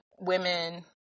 women